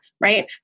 right